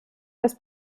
das